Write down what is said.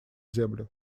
землю